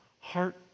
heart